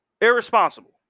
Irresponsible